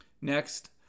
Next